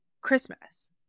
Christmas